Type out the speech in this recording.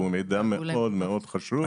והוא מידע מאוד מאוד חשוב,